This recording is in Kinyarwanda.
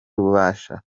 rubasha